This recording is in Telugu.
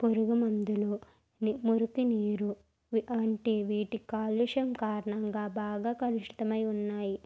పూర్వం అందులో మురికి నీరు అంటే వీటి కాలుష్యం కారణంగా బాగా కలుషితమై ఉన్నాయి